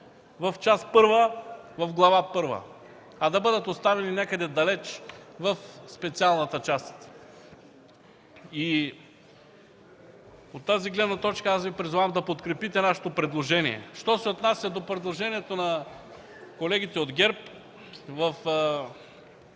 в Част първа, в Глава първа, а да бъдат оставени някъде далеч в специалната част. От тази гледна точка Ви призовавам да подкрепите нашето предложение. Що се отнася до предложението на колегите от ГЕРБ,